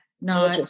No